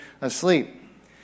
asleep